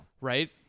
Right